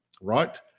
right